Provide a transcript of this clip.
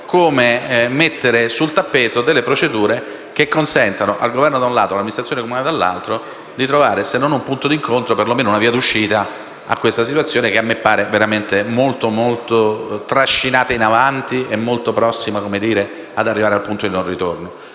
come mettere sul tappeto delle procedure che consentano al Governo, da un lato, e all'amministrazione comunale, dall'altro, di trovare se non un punto di incontro, per lo meno una via di uscita a questa situazione che a me pare molto, ma molto trascinata in avanti e molto prossima ad arrivare al punto di non ritorno.